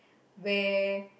where